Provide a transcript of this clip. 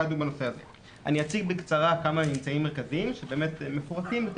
אני אציג בקצרה כמה ממצאים מרכזיים שמפורטים יותר